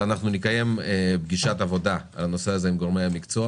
נקיים פגישת עבודה בנושא עם גורמי המקצוע